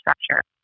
structure